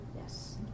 Yes